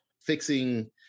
fixing